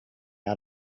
out